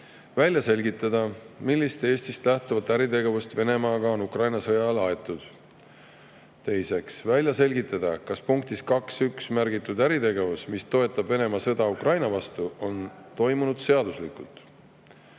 välja selgitada, millist Eestist lähtuvat äritegevust Venemaaga on Ukraina sõja ajal aetud; teiseks, välja selgitada, kas [eelnõu] punktis 2.1 märgitud äritegevus, mis toetab Venemaa sõda Ukraina vastu, on toimunud seaduslikult;